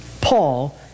Paul